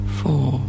four